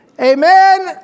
Amen